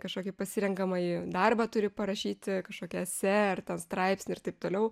kažkokį pasirenkamąjį darbą turi parašyti kažkokią esė ar ten straipsnį ir taip toliau